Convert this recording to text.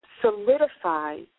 solidifies